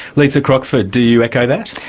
lisa croxford, do you echo that?